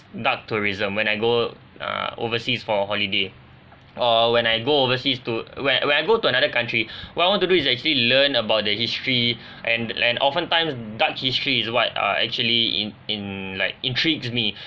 dark tourism when I go uh overseas for a holiday or when I go overseas to when when I go to another country what I want to do is actually learn about the history and and often times dark history is what uh actually in in like intrigues me